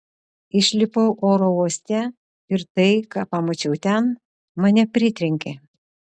išlipau oro uoste ir tai ką pamačiau ten mane pritrenkė